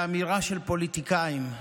באמירה של פוליטיקאים.